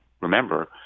remember